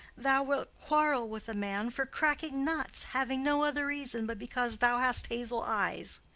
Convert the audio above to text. thou wilt quarrel with a man for cracking nuts, having no other reason but because thou hast hazel eyes.